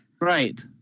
Right